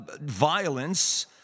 violence